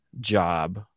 job